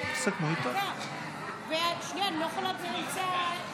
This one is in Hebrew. בדבר הפחתת תקציב לא נתקבלו.